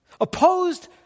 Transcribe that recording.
opposed